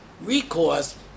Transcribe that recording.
recourse